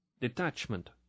Detachment